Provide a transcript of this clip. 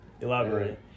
Elaborate